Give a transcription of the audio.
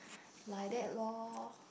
like that lor